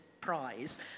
prize